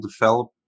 develop